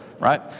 right